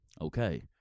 Okay